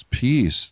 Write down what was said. peace